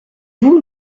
vous